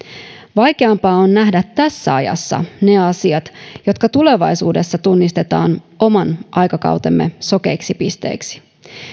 vaikeampaa on nähdä tässä ajassa ne asiat jotka tulevaisuudessa tunnistetaan oman aikakautemme sokeiksi pisteiksi